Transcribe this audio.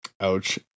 Ouch